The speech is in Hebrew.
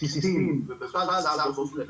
בסיסים ובכלל צה"ל באופן כללי,